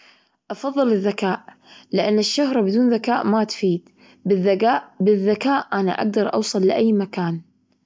أفضل الذكاء، لأن الشهرة بدون ذكاء ما تفيد بالذجاء- بالذكاء أنا أقدر أوصل لأي مكان.